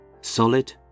solid